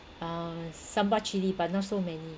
um sambal chilli but not so many